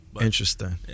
Interesting